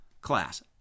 class